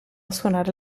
suonare